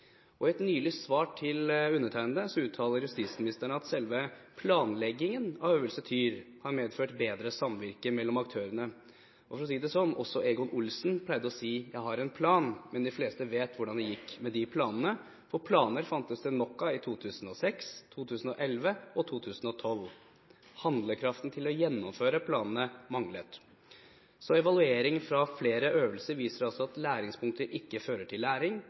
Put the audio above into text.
i 2012. I et nylig svar til undertegnede uttaler justisministeren at selve planleggingen av Øvelse Tyr har medført bedre samvirke mellom aktørene. For å si det sånn: Også Egon Olsen pleide å si: «Jeg har en plan.» Men de fleste vet hvordan det gikk med de planene. Planer fantes det nok av i 2006, 2011 og 2012, men handlekraften til å gjennomføre planene manglet. Evaluering fra flere øvelser viser altså at læringspunkter ikke fører til læring,